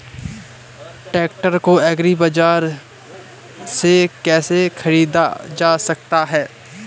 Tractor को agri बाजार से कैसे ख़रीदा जा सकता हैं?